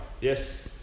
Yes